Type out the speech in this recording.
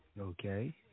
Okay